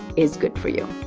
is good for you